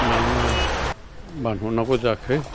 मा मा बानहरनांगौ जाखो